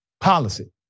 policy